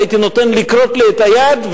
הייתי נותן לכרות לי את היד,